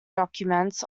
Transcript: documents